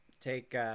Take